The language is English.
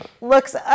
looks